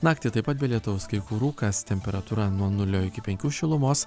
naktį taip pat be lietaus kai kur rūkas temperatūra nuo nulio iki penkių šilumos